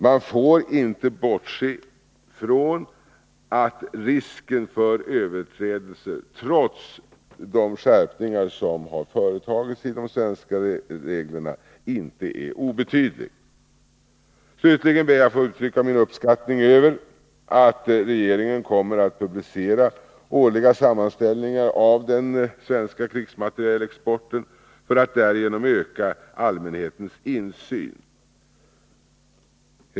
Man får inte bortse från att risken för överträdelser trots de skärpningar som företagits i de svenska reglerna inte är obetydlig. Slutligen ber jag att få uttrycka min uppskattning över att regeringen kommer att publicera årliga sammanställningar över den svenska krigsmaterielexporten för att därigenom öka allmänhetens insyn.